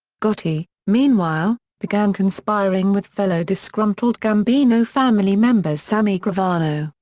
gotti, meanwhile, began conspiring with fellow disgruntled gambino family members sammy gravano,